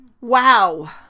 wow